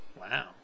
Wow